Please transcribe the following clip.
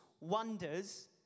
wonders